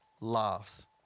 laughs